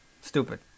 Stupid